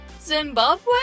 Zimbabwe